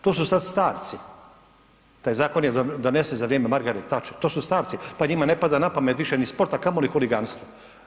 To su sada starci, taj zakon je donesen za vrijeme Margaret Thatcher, to su starci pa njima ne pada na pamet više ni sport, a kamoli huliganstvo.